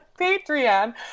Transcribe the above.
Patreon